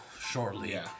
shortly